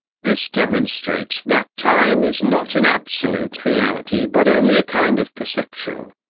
this demonstrates that time is not an absolute reality but only a kind of perception.